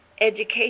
education